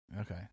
Okay